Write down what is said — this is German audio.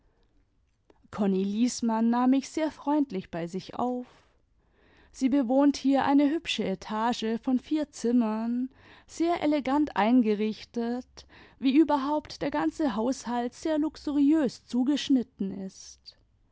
konni liesmann nahm mich sehr freundlich bei sich auf sie bewohnt hier eine hübsche etage von vier zimmern sehr elegant eingerichtet wie überhaupt der ganze haushalt sehr luxuriös zugeschnitten ist